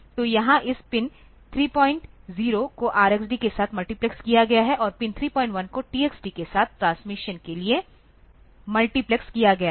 तो यहाँ इस पिन 30 को RxD के साथ मल्टीप्लेक्स किया गया है और पिन 31 को TxD के साथ ट्रांसमिशन के लिए मल्टीप्लेक्स किया गया है